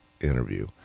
interview